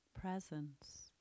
presence